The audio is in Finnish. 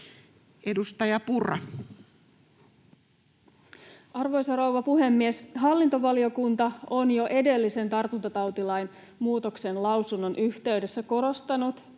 Content: Arvoisa rouva puhemies! Hallintovaliokunta on jo edellisen tartuntatautilain muutoksen lausunnon yhteydessä korostanut